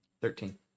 thirteen